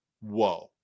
whoa